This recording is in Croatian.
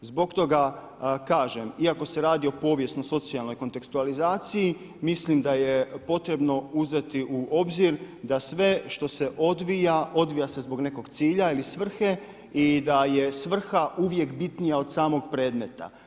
Zbog toga kažem, iako se radi o povijesno-socijalnoj kontekstualizaciji mislim da je potrebno uzeti u obzir da sve što se odvija, odvija se zbog nekog cilja i svrhe i da je svrha uvijek bitnija od samog predmeta.